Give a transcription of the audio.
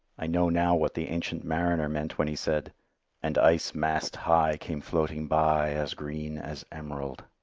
i know now what the ancient mariner meant when he said and ice mast high came floating by as green as emerald.